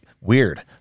weird